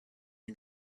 and